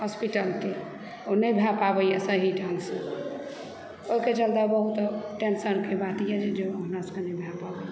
हॉस्पिटलके ओ नहि भए पाबयए सही ढ़ंगसँ ओहिके चलते बहुत टेन्शनके बातए जे हमरा सभकेँ इलाज नहि भए पाबैए